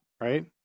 Right